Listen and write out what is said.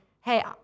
hey